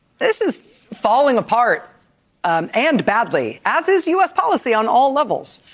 this is falling apart um and badly as is u s. policy on all levels.